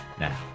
now